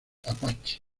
apache